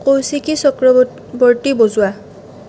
কৌছিকী চক্ৰৱৰ্তী বজোৱা